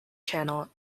channel